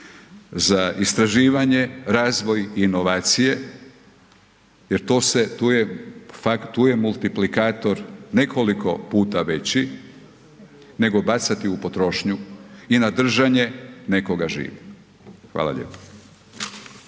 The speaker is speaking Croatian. za istraživanje, razvoj i inovacije jer tu je multiplikator nekoliko puta veći nego bacati u potrošnju i na držanje nekoga živim. Hvala lijepo.